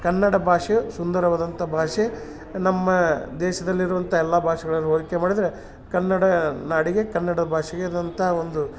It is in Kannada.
ಕನ್ನಡ ಭಾಷೆ ಸುಂದರವಾದಂಥ ಭಾಷೆ ನಮ್ಮ ದೇಶದಲ್ಲಿರುವಂಥ ಎಲ್ಲ ಭಾಷೆಗಳಲ್ಲಿ ಹೋಲಿಕೆ ಮಾಡಿದರೆ ಕನ್ನಡ ನಾಡಿಗೆ ಕನ್ನಡ ಭಾಷೆಗೆ ಆದಂಥ ಒಂದು